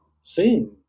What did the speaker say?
seen